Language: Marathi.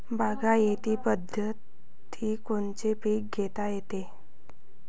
बागायती पद्धतीनं कोनचे पीक घेता येईन?